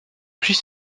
fils